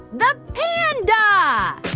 the duh,